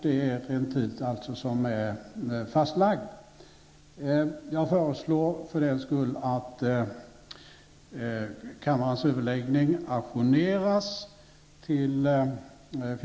Det är en tid som är fastlagd. Jag föreslår för den skull att kammarens förhandlingar ajourneras till kl.